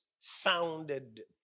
founded